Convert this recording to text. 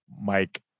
Mike